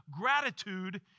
gratitude